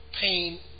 pain